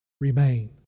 Remain